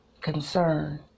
Concern